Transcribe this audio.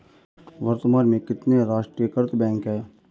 वर्तमान में कितने राष्ट्रीयकृत बैंक है?